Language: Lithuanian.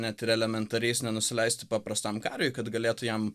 net ir elementariais nenusileisti paprastam kariui kad galėtų jam